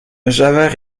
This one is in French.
javert